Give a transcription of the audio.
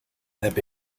heb